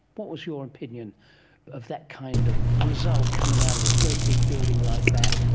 what was your opinion of that kind of result coming out of a great big building like that?